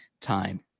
time